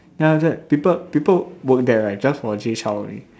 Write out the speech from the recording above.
then after that people people work there right just for Jay Chou only